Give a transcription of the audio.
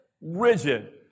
rigid